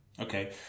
Okay